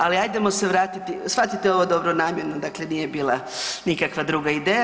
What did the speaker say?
Ali ajdemo se vratiti, shvatite ovo dobronamjerno, dakle nije bila nikakva druga ideja.